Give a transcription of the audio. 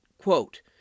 Quote